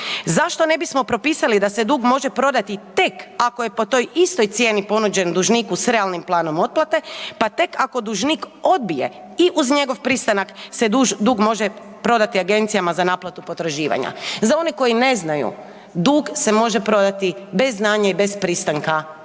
Zašto ne bismo propisali da se dug može prodati tek ako je po toj istoj cijeni ponuđen dužniku s realnim planom otplate pa tek ako dužnik odbije i uz njegov pristanak se dug može prodati agencijama za naplatu potraživanja. Za one koji ne znaju dug se može prodati bez znanja i bez pristanka dužnika.